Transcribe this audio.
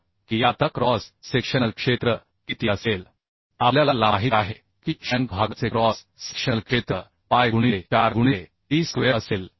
आता हा थ्रेडेड भाग जेव्हा आपण गणना करू की आता क्रॉस सेक्शनल क्षेत्र किती असेल आपल्याला ला माहित आहे की शँक भागाचे क्रॉस सेक्शनल क्षेत्र पाय गुणिले 4 गुणिले डी स्क्वेअर असेल